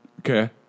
Okay